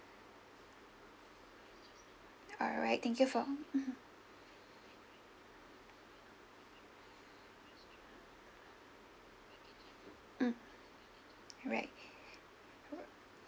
alright thank you for mmhmm mm alright okay